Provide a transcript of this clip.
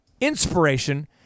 inspiration